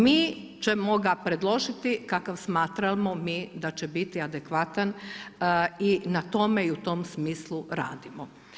Mi ćemo ga predložiti kakav smatramo mi da će biti adekvatan i na tome i u tome smislu radimo.